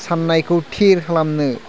साननायखौ थिर खालामनो